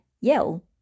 yell